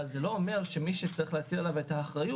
אבל זה לא אומר שמי שצריך להטיל עליו את האחריות